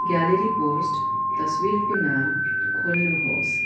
gallery post तस्वीरको नाम खोल्नुहोस्